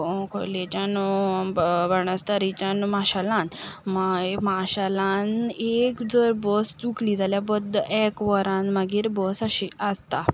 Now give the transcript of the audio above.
खोर्लेच्यान बाणस्तारीच्यान माशेलांत मागीर माशेलांत एक जर बस चुकली जाल्यार बद्द एक वरांत मागीर बस आशिल्ली आसता